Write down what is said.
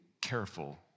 careful